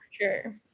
Sure